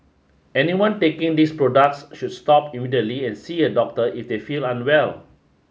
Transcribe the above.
anyone taking these products should stop immediately and see a doctor if they feel unwell